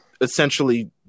essentially